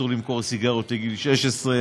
אסור למכור סיגריות לפני גיל 16,